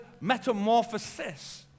metamorphosis